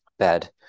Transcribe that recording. bad